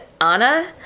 Anna